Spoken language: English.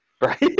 Right